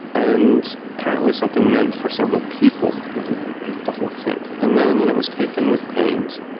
and apparently something meant for several people, and he ate the whole thing. and then you know was taken with pains,